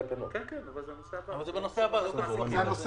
אתה בטוח?